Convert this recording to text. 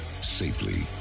safely